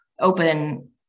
open